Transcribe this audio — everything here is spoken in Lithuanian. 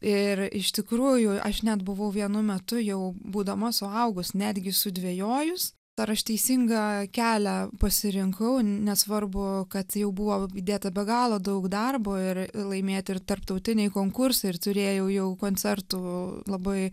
ir iš tikrųjų aš net buvau vienu metu jau būdama suaugus netgi sudvejojus ar aš teisingą kelią pasirinkau nesvarbu kad jau buvo įdėta be galo daug darbo ir laimėti ir tarptautiniai konkursai ir turėjau jau koncertų labai